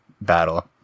battle